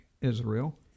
Israel